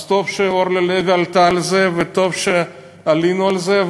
אז טוב שאורלי לוי עלתה על זה וטוב שעלינו על זה,